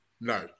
no